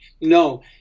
No